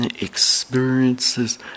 experiences